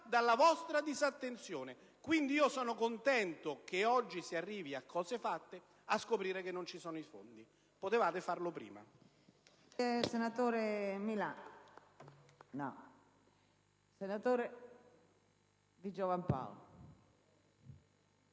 dalla vostra disattenzione. Quindi sono contento che oggi si arrivi, a cose fatte, a scoprire che non ci sono i fondi. Potevate farlo prima!